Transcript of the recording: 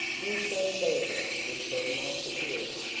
you shall see her, returned my superior,